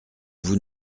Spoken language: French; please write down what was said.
vous